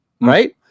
right